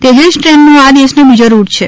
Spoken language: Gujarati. તેજસ ટ્રેનનો આ દેશનો બીજો રૂટ છે